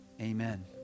amen